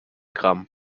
gramm